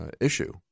issue